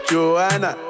Joanna